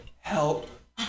Help